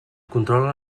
controla